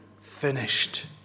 finished